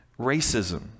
racism